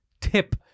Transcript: tip